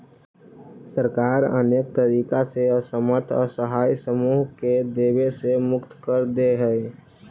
सरकार अनेक तरीका से असमर्थ असहाय समूह के देवे से मुक्त कर देऽ हई